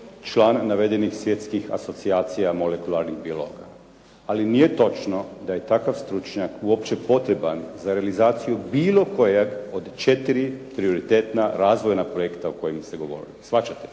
član navedenih svjetskih asocijacija molekularnih biologa ali nije točno da je takav stručnjak uopće potreban za realizaciju bilo kojeg od četiri prioritetna razvojna projekta o kojima se govorilo, shvaćate.